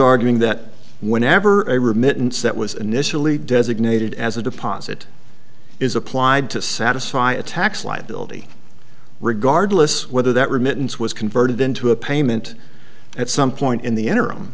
arguing that whenever a remittance that was initially designated as a deposit is applied to satisfy a tax liability regardless whether that remittance was converted into a payment at some point in the interim